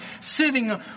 sitting